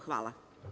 Hvala.